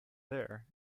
there